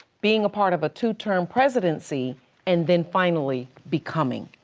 being a part of a two-term presidency and then finally, becoming.